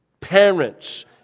parents